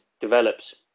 develops